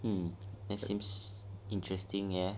hmm it seems interesting eh